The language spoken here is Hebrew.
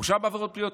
הורשע בעבירות פליליות,